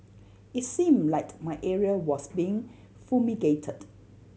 it seemed like my area was being fumigated